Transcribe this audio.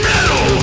Metal